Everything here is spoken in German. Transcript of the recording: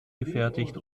gefertigt